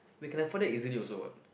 we can afford it easily also what